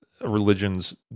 religions